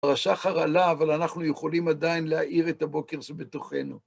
פרשה החלה, אבל אנחנו יכולים עדיין להאיר את הבוקר שבתוכנו.